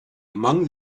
among